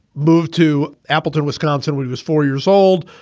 moved to appleton, wisconsin, when he was four years old.